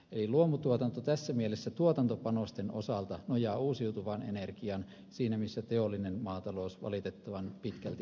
eli luomutuotanto tässä mielessä tuotantopanosten osalta nojaa uusiutuvaan energiaan siinä missä teollinen maatalous valitettavan pitkälti fossiiliseen